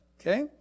okay